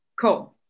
Cool